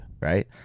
right